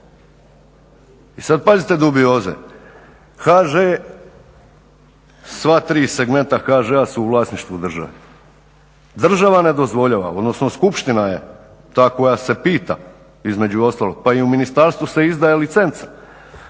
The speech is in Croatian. I sada pazite dubioze, HŽ sva tri segmenta HŽ-a su u vlasništvu države. Država ne dozvoljava odnosno skupština je ta koja se pita između ostalog pa i u ministarstvu se izdaje licence